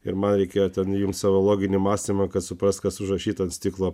ir man reikėjo ten įjungt savo loginį mąstymą kad suprast kas užrašyta ant stiklo